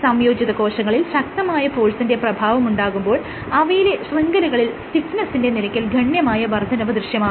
സംയോജിത കോശങ്ങളിൽ ശക്തമായ ഫോഴ്സിന്റെ പ്രഭാവമുണ്ടാകുമ്പോൾ അവയിലെ ശൃംഖലകളിൽ സ്റ്റിഫ്നെസ്സിന്റെ നിരക്കിൽ ഗണ്യമായ വർദ്ധനവ് ദൃശ്യമാകുന്നു